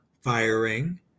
firing